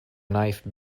knife